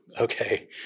Okay